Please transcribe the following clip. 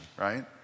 right